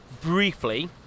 briefly